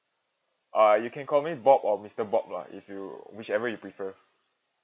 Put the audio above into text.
uh you can call me bob or mister bob lah if you whichever you prefer